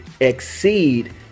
exceed